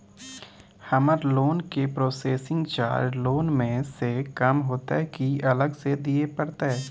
हमर लोन के processing charge loan म स कम होतै की अलग स दिए परतै?